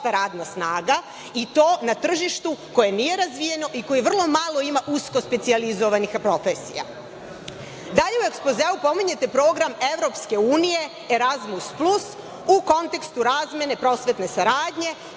radna snaga, i to na tržištu koje nije razvijeno i koje vrlo malo ima usko specijalizovanih profesija. Dalje, u ekspozeu pominjete program Evropske unije „Erazmus plus“, u kontekstu razmene prosvetne saradnje,